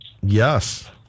Yes